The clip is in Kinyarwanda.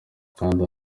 kanda